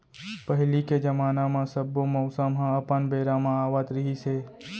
पहिली के जमाना म सब्बो मउसम ह अपन बेरा म आवत रिहिस हे